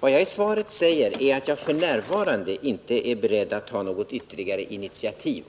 Vad jag i svaret säger är att jag f. n. inte är beredd att ta något ytterligare initiativ.